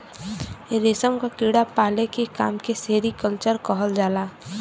रेशम क कीड़ा पाले के काम के सेरीकल्चर कहल जाला